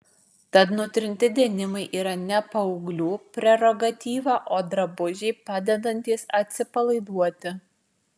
tad nutrinti denimai yra ne paauglių prerogatyva o drabužiai padedantys atsipalaiduoti